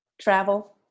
travel